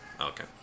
Okay